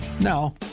Now